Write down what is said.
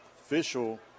official